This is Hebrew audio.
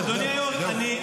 אולי הוא גיבש את הקואליציה?